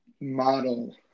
model